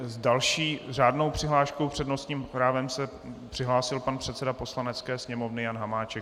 S další řádnou přihláškou s přednostním právem se přihlásil pan předseda Poslanecké sněmovny Jan Hamáček.